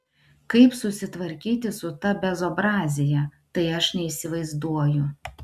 kaip susitvarkyti su ta bezobrazija tai aš neįsivaizduoju